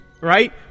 Right